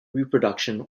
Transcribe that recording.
reproduction